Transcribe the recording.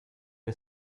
che